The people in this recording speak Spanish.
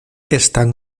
están